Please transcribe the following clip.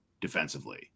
defensively